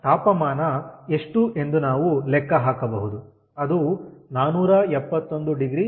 ಆದ್ದರಿಂದ ತಾಪಮಾನ ಎಷ್ಟು ಎಂದು ನಾವು ಲೆಕ್ಕ ಹಾಕಬಹುದು ಅದು 4710C